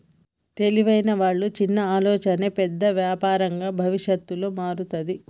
తెలివైన వాళ్ళ చిన్న ఆలోచనే పెద్ద యాపారంగా భవిష్యత్తులో మారతాది